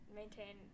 maintain